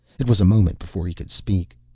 it was a moment before he could speak.